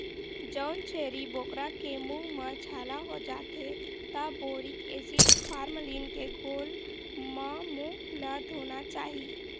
जउन छेरी बोकरा के मूंह म छाला हो जाथे त बोरिक एसिड, फार्मलीन के घोल म मूंह ल धोना चाही